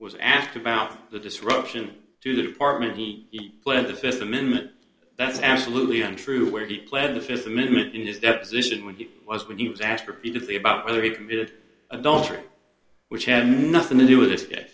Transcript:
was asked about the disruption to the department he pled the fifth amendment that's absolutely untrue where he pled the fifth amendment in his deposition when he was when he was asked repeatedly about whether he adultery which had nothing to do with it